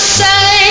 say